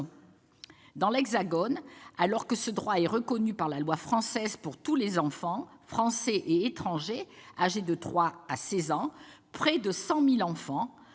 Dans l'Hexagone, alors que ce droit est reconnu par la loi française pour tous les enfants, français et étrangers, âgés de 3 à 16 ans, près de 100 000 enfants,